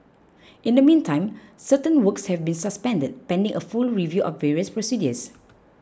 in the meantime certain works have been suspended pending a full review of various procedures